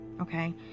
okay